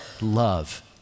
love